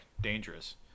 Dangerous